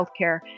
healthcare